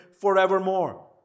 forevermore